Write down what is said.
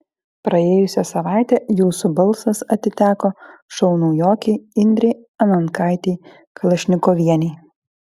praėjusią savaitę jūsų balsas atiteko šou naujokei indrei anankaitei kalašnikovienei